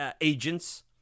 agents